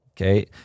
Okay